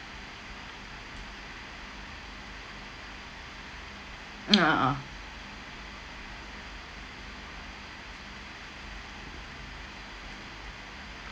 mm ah